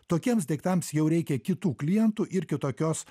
tokiems daiktams jau reikia kitų klientų ir kitokios